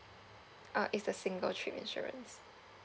uh it's a single trip insurance